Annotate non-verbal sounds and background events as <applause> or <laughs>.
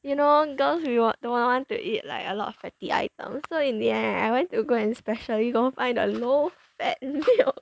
uh you know girls we won~ don't want want to eat like a lot of fatty item so in the end I went to go and specially go find a low fat milk <laughs>